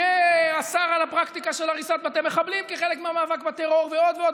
שאסר את הפרקטיקה של הריסת בתי מחבלים כחלק מהמאבק בטרור ועוד ועוד,